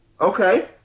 okay